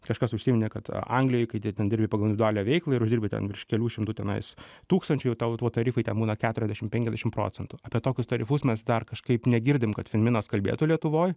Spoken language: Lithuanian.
kažkas užsiminė kad anglijoje kai ten dirbi pagal individualią veiklą ir uždirbi ten virš kelių šimtų tenais tūkstančių jau tau tarifai ten būna keturisdešim penkiasdešim procentų apie tokius tarifus mes dar kažkaip negirdim kad finminas kalbėtų lietuvoj